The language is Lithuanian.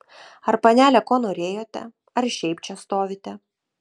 ar panelė ko norėjote ar šiaip čia stovite